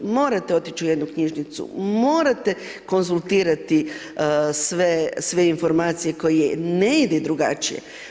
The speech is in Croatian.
Morate otići u jednu knjižnicu, morate konzultirate sve informacije koje ne idu drugačije.